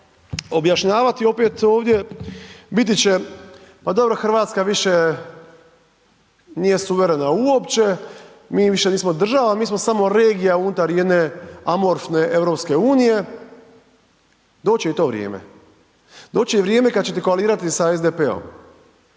objašnjavati opet ovdje, biti će, pa dobro RH više nije suverena uopće, mi više nismo država, mi smo samo regija unutar jedne amorfne EU, doći će i to vrijeme, doći će i vrijeme kada ćete koalirati sa SDP-om,